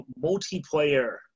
multiplayer